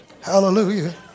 Hallelujah